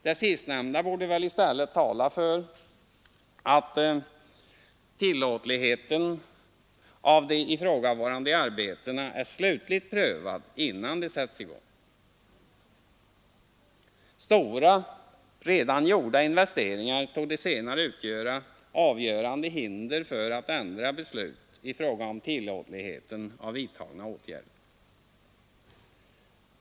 Det sistnämnda borde väl i stället tala för att tillåtligheten av de ifrågavarande arbetena är slutligt prövad innan de sätts i gång. Stora, redan gjorda investeringar torde senare utgöra avgörande hinder för att ändra beslut i fråga om tillåtligheten av vidtagna åtgärder.